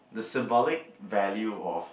the symbolic value of